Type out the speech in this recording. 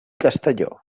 castelló